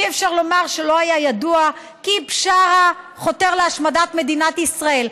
ואי-אפשר לומר שלא היה ידוע כי בשארה חותר להשמדת מדינת ישראל.